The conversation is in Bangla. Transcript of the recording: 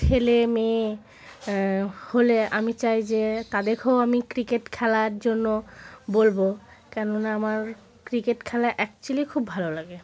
ছেলে মেয়ে হলে আমি চাই যে তাদেরকেও আমি ক্রিকেট খেলার জন্য বলবো কেননা আমার ক্রিকেট খেলা অ্যাকচুয়ালি খুব ভালো লাগে